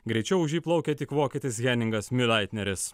greičiau už jį plaukė tik vokietis heningas miulaitneris